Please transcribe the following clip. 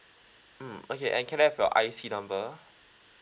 mm okay and can I have your I_C number